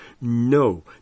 No